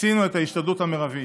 עשינו את ההשתדלות המרבית.